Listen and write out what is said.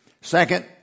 Second